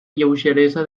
lleugeresa